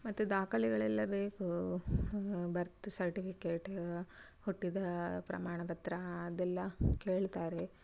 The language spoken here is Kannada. ಮತ್ತು ದಾಖಲೆಗಳೆಲ್ಲ ಬೇಕು ಬರ್ತ್ ಸರ್ಟಿಫಿಕೇಟ ಹುಟ್ಟಿದ ಪ್ರಮಾಣಪತ್ರ ಅದೆಲ್ಲ ಕೇಳ್ತಾರೆ